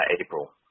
April